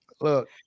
Look